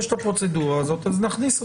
יש את הפרוצדורה הזאת אז נכניס אותה.